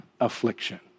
affliction